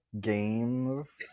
games